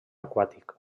aquàtic